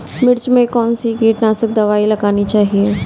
मिर्च में कौन सी कीटनाशक दबाई लगानी चाहिए?